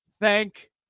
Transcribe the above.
Thank